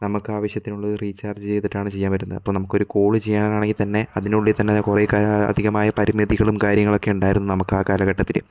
നമുക്ക് ആവശ്യത്തിനുള്ളൊരു റീചാര്ജ് ചെയ്തിട്ടാണ് ചെയ്യാന് പറ്റുന്നത് ഇപ്പം നമുക്കൊരു കോള് ചെയ്യാനാണെങ്കിൽ തന്നെ അതിനുള്ളിൽ തന്നെ കുറേ അധികമായ പരിമിതികളും കാര്യങ്ങളും ഒക്കെ ഉണ്ടായിരുന്നു നമുക്ക് ആ കാലഘട്ടത്തില്